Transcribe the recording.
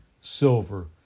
silver